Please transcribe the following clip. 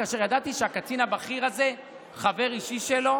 כאשר ידעתי שהקצין הבכיר הזה חבר אישי שלו